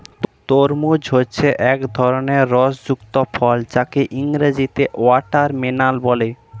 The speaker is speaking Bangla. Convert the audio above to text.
তরমুজ হচ্ছে এক ধরনের রস যুক্ত ফল যাকে ইংরেজিতে ওয়াটারমেলান বলে